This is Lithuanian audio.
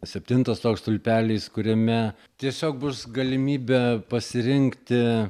septintas toks stulpelis kuriame tiesiog bus galimybė pasirinkti